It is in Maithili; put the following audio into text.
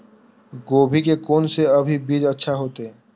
गोभी के कोन से अभी बीज अच्छा होते?